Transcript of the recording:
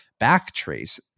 Backtrace